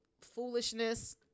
foolishness